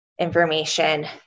information